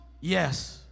Yes